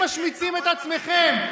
אתם משמיצים את עצמכם.